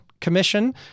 commission